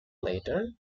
later